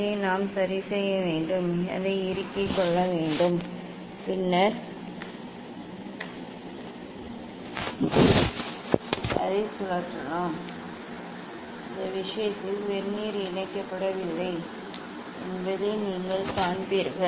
இதை நாம் சரி செய்ய வேண்டும் அதை இறுக்கிக் கொள்ள வேண்டும் பின்னர் அதை சுழற்றலாம் இந்த விஷயத்தில் வெர்னியர் இணைக்கப்படவில்லை என்பதை நீங்கள் காண்கிறீர்கள்